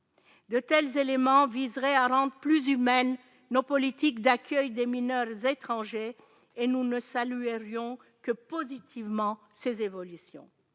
De tels éléments viserait à rendre plus humaine, nos politiques d'accueil des mineurs étrangers et nous ne le salut à Lyon que positivement ces évolutions